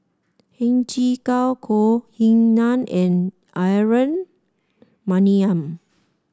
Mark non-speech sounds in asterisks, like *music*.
Heng Chee *unintelligible* Ying Nan and Aaron Maniam